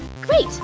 Great